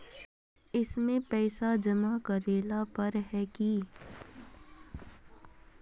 इसमें पैसा जमा करेला पर है की?